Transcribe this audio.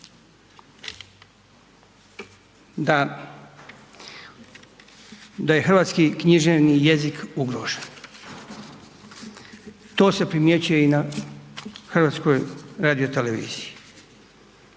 da je hrvatski književni jezik ugrožen. To se primjećuje i na HRT-u. Ali još